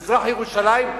מזרח-ירושלים,